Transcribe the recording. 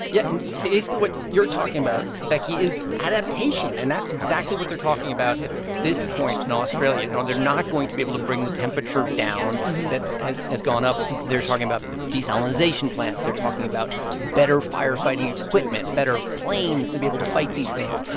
yeah and basically what you're talking about, becky, is adaptation. and that's exactly what they're talking about at this point in australia. and they're not going to be able to bring the temperature down that has has gone up. and they're talking about desalinization plants. they're talking about better firefighting equipment, better planes to be able to fight these things.